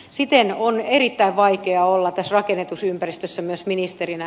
siten on erittäin vaikeaa olla tässä rakennetussa ympäristössä myös ministerinä